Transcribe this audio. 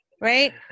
right